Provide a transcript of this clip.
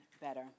better